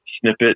snippet